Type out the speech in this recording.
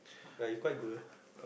ya he quite good